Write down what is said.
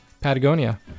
Patagonia